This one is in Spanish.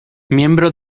miembro